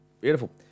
Beautiful